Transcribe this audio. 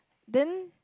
then